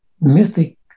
mythic